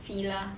Fila